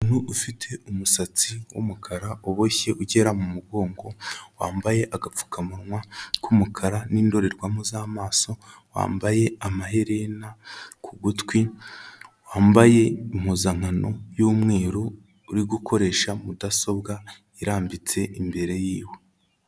Umuntu ufite umusatsi w'umukara uboshye ugera mu mugongo, wambaye agapfukamunwa k'umukara n'indorerwamo z'amaso, wambaye amaherena ku gutwi, wambaye impuzankano y'umweru, uri gukoresha mudasobwa irambitse imbere yiwe.